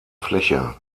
fläche